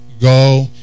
go